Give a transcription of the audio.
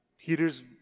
Peter's